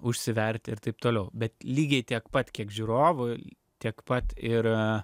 užsiverti ir taip toliau bet lygiai tiek pat kiek žiūrovui tiek pat ir